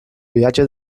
viatge